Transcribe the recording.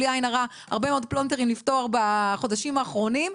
בלי עין הרע הרבה מאוד פלונטרים לפתור בחודשים האחרונים.